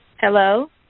Hello